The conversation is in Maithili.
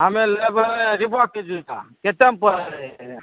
हमे लेबै रिबोकके जुत्ता केतेकमे पड़ै छै